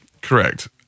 Correct